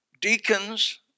deacons